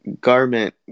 Garment